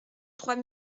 trois